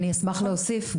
אני אשמח להוסיף.